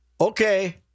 okay